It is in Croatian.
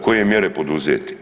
Koje mjere poduzeti?